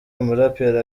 umuraperi